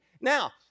Now